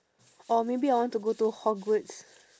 or maybe I want to go to hogwarts